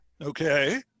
Okay